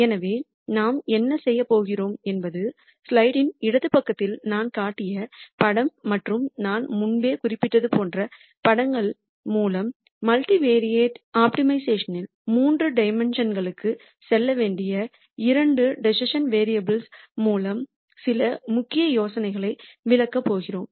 எனவே நாம் என்ன செய்யப் போகிறோம் என்பது ஸ்லைடின் இடது பக்கத்தில் நான் காட்டிய படம் மற்றும் நான் முன்பே குறிப்பிட்டது போன்ற படங்கள் மூலம் மல்டிவெரைட் ஆப்டிமைசேஷனில் 3 டைமென்ஷுன்களுக்கு செல்ல வேண்டிய இரண்டு டிசிசன் வேரியபுல்கள் மூலம் சில முக்கிய யோசனைகளை விளக்கப் போகிறோம்